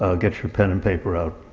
ah get your pen and paper out,